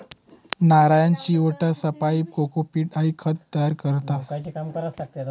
नारयना चिवट्यासपाईन कोकोपीट हाई खत तयार करतस